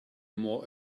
more